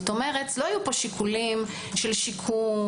כלומר לא היו פה שיקולים של שיקום,